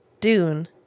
Dune